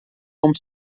como